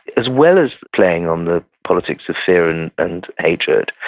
as well as playing on the politics of fear, and and hatred,